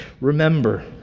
remember